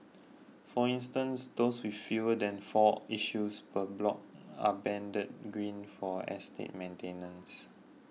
for instance those with fewer than four issues per block are banded green for estate maintenance